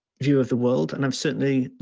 view of the world. and i've certainly